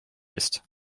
ist